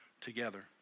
together